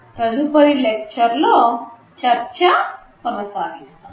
తదుపరి లెక్చర్ లో చర్చ కొనసాగిస్తాము